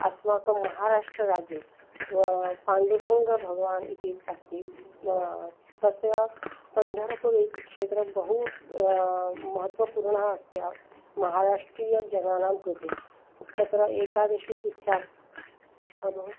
अस्माकं महाराष्ट्रराज्ये व पाण्डुरङ्गभगवान् इति अस्ति तस्य पण्ढरपुर् इति क्षेत्रं बहु महत्त्वपूर्णम् अस्ति महाराष्ट्रीयजनानां कृते तत्र एकादशी तिथ्याम् अभवत्